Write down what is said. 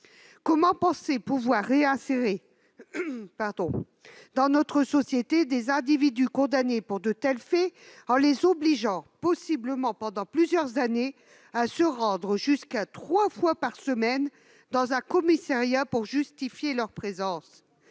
Comment peut-on penser réinsérer dans notre société des individus condamnés pour de tels faits en les obligeant, possiblement pendant plusieurs années, à se rendre dans un commissariat pour justifier leur présence